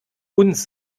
uns